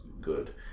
good